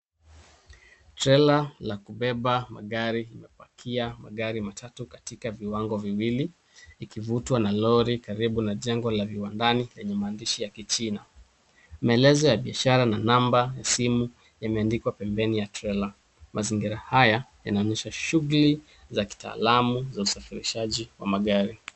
Trela la kubeba magari limepakia magari matatu katika viwango viwili ,likivutwa na lori karibu na jengo la viwandani lenye maandishi ya kichina. Maelezo ya biashara na number ya simu imeandikwa pembeni ya trela. Mazingira haya yanaonyesha shunguli za kitaalamu za usafirishaji wa magari.